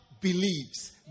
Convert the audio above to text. believes